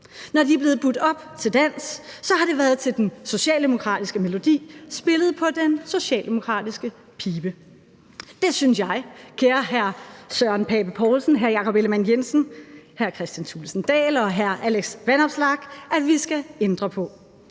Når de er blevet budt op til dans, har det været til den socialdemokratiske melodi spillet på den socialdemokratiske pibe. Det synes jeg, kære hr. Søren Pape Poulsen, hr. Jakob Ellemann-Jensen, hr. Kristian Thulesen Dahl og hr. Alex Vanopslagh, at vi skal ændre på.